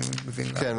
כן.